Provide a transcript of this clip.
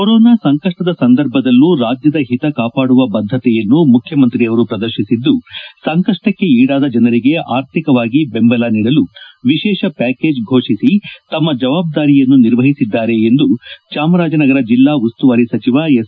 corona ಸಂಕಷ್ಟದ ಸಂದರ್ಭದಲ್ಲೂ ರಾಜ್ಯದ ಹಿತ ಕಾಪಾಡುವ ಬದ್ದತೆಯನ್ನು ಮುಖ್ಯಮಂತ್ರಿಯವರು ಪ್ರದರ್ಶಿಸಿದ್ದು ಸಂಕಷ್ಟಕ್ಕೆ ಈಡಾದ ಜನರಿಗೆ ಆರ್ಥಿಕವಾಗಿ ಬೆಂಬಲ ನೀಡಲು ವಿಶೇಷ ಪ್ಯಾಕೇಜ್ ಘೋಷಿಸಿ ತಮ್ಮ ಜವಾಬ್ದಾರಿಯನ್ನು ನಿರ್ವಹಿಸಿದ್ದಾರೆ ಎಂದು ಚಾಮರಾಜನಗರ ಜಿಲ್ಲಾ ಉಸ್ತುವಾರಿ ಸಚಿವ ಎಸ್